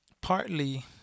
partly